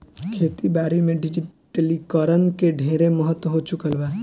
खेती बारी में डिजिटलीकरण के ढेरे महत्व हो चुकल बा